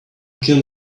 can